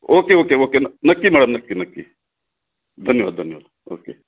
okay okay okay न नक्की madam नक्की नक्की धन्यवाद धन्यवाद ओके